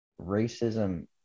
racism